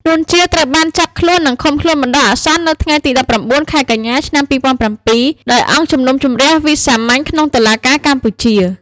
នួន ជា ត្រូវបានចាប់ខ្លួន និងឃុំខ្លួនបណ្តោះអាសន្ននៅថ្ងៃទី១៩ ខែកញ្ញា ឆ្នាំ២០០៧ ដោយអង្គជំនុំជម្រះវិសាមញ្ញក្នុងតុលាការកម្ពុជា ។